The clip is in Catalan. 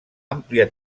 àmplia